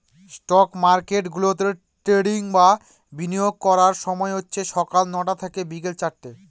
stock market গুলাতে trading বা বিনিয়োগ করার সময় হচ্ছে সকাল নটা থেকে বিকেল চারটে